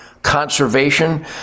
conservation